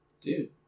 Dude